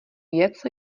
věc